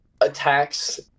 attacks